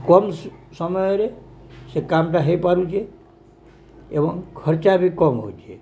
କମ୍ ସମୟରେ ସେ କାମଟା ହେଇପାରୁଛେ ଏବଂ ଖର୍ଚ୍ଚ ବି କମ୍ ହେଉଛେ